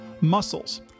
Muscles